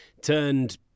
turned